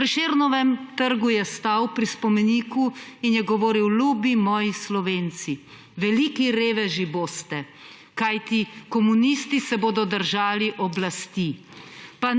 Na Prešernovem trgu je stal pri spomeniku in je govoril: Ljubi moji Slovenci, veliki reveži boste, kajti komunisti se bodo držali oblasti.